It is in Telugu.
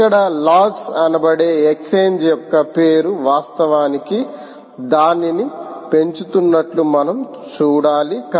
ఇక్కడ లాగ్స్ అనబడే ఎక్స్ఛేంజ్ యొక్క పేరు వాస్తవానికి దానిని పెంచుతున్నట్లు మనం చూడాలి